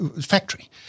factory